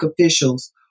officials